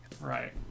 right